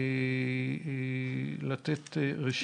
לתת את